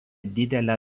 didelę